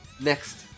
Next